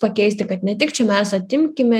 pakeisti kad ne tik čia mes atimkime